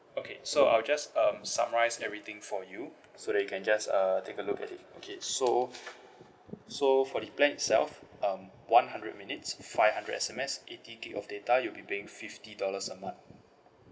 okay so I'll just um summarize everything for you so that you can just uh take a look at it okay so so for the plan itself um one hundred minutes five hundred S_M_S eighty gig of data you'll be paying fifty dollars a month